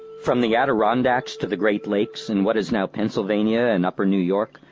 from the adirondacks to the great lakes, in what is now pennsylvania and upper new york,